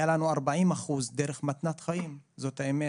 היה לנו 40 אחוז דרך מתנת חיים, זאת האמת.